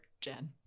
Jen